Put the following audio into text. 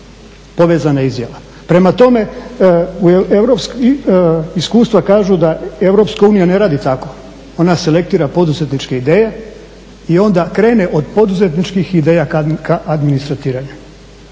povezana izjava. Prema tome, iskustva kažu da Europska unija ne radi tako, ona selektira poduzetničke ideje i onda krene od poduzetničkih ideja ka administratiranju.